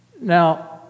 Now